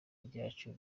ryacu